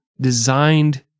designed